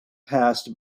past